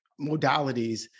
modalities